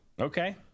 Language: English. Okay